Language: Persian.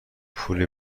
پول